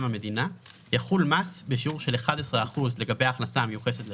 המדינה יחול מס בשיעור של 11 אחוזים לגבי הכנסה המיוחסת לחברה,